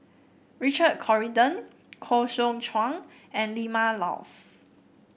Richard Corridon Koh Seow Chuan and Vilma Laus